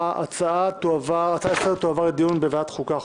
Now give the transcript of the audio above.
ההצעה לסדר-היום תועבר לדיון בוועדת החוקה,